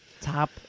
top